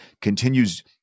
Continues